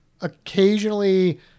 occasionally